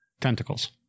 tentacles